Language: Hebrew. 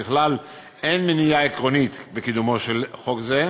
ככלל, אין מניעה עקרונית בקידומו של חוק זה,